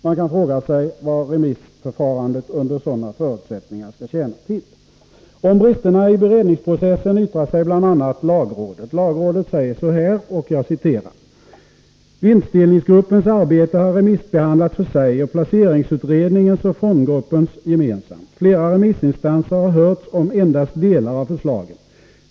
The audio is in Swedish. Man kan fråga sig vad remissförfarandet under sådana förutsättningar skall tjäna till. Om bristerna i beredningsprocessen yttrar sig bl.a. lagrådet. Lagrådet säger så här: ”Vinstdelningsgruppens arbete har remissbehandlats för sig och placeringsutredningens och fondgruppens gemensamt. Flera remissinstanser har hörts om endast delar av förslagen.